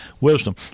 wisdom